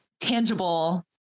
Tangible